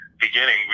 beginning